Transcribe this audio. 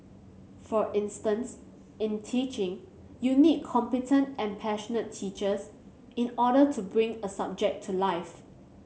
for instance in teaching you need competent and passionate teachers in order to bring a subject to life